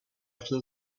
after